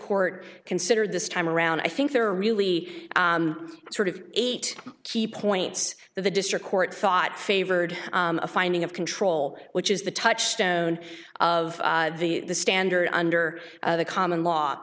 court consider this time around i think there are really sort of eight key points that the district court thought favored a finding of control which is the touchstone of the the standard under the common law